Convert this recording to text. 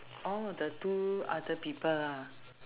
oh the two other people